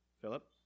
Philip